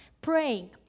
praying